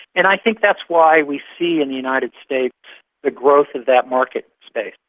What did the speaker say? and i think that's why we see in the united states the growth of that market space.